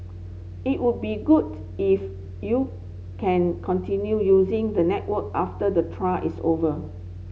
it would be good if you can continue using the network after the trial is over